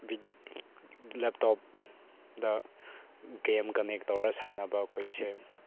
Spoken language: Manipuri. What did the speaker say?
ꯂꯦꯞꯇꯣꯞꯇ ꯒꯦꯝ ꯀꯟꯅꯦꯛ ꯇꯧꯔ ꯁꯥꯟꯅꯕ ꯈꯣꯏꯁꯦ